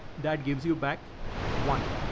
that gives you back one.